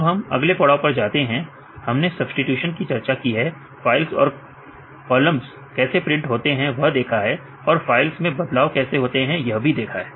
अब हम अगले पड़ाव पर जाते हैं हमने सब्स्टिटूशन की चर्चा की है फाइलस और कॉलम्स कैसे प्रिंट होते हैं वह देखा है और फाइल्स में बदलाव कैसे होते हैं यह भी देखा है